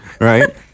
right